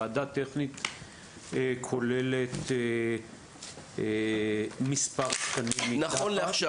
ועדה טכנית כוללת מספר תקנים --- נכון לעכשיו,